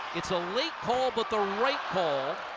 it's a late call but the right call.